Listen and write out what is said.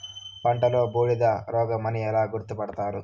పంటలో బూడిద రోగమని ఎలా గుర్తుపడతారు?